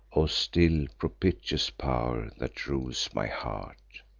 o still propitious pow'r, that rules my heart!